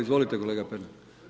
Izvolite kolega Pernar.